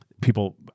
People